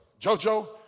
Jojo